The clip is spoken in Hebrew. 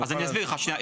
אז אני אסביר לך תומר.